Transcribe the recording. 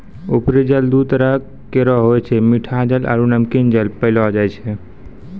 उपरी जल दू तरह केरो होय छै मीठा जल आरु नमकीन जल पैलो जाय छै